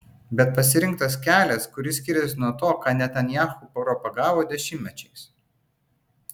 bet pasirinktas kelias kuris skiriasi nuo to ką netanyahu propagavo dešimtmečiais